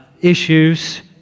issues